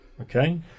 Okay